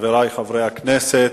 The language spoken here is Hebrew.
חברי חברי הכנסת,